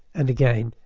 and again,